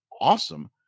awesome